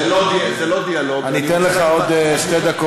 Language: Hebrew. אני יודעת היטב שיש מקומות שבהם יש בעיות.